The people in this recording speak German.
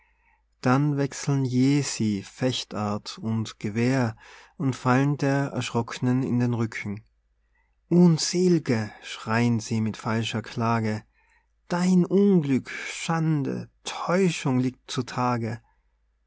dann wechseln jäh sie fechtart und gewehr und fallen der erschrock'nen in den rücken unsel'ge schreien sie mit falscher klage dein unglück schande täuschung liegt zu tage